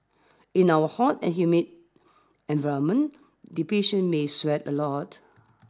in our hot and humid environment the patients may sweat a lot